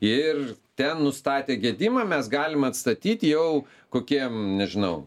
ir ten nustatę gedimą mes galim atstatyt jau kokiem nežinau